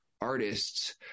artists